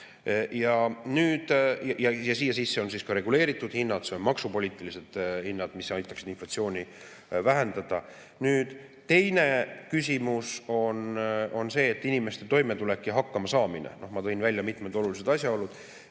Ja siin on siis ka reguleeritud hinnad, on maksupoliitilised hinnad, mis aitaksid inflatsiooni vähendada. Nüüd, teine küsimus on inimeste toimetulek ja hakkamasaamine. Ma tõin välja mitmed olulised asjaolud.